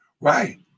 right